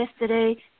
yesterday